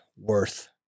worth